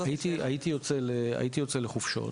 יצאתי לחופשות